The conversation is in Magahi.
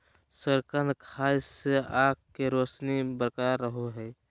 शकरकंद खाय से आंख के रोशनी बरकरार रहो हइ